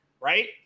right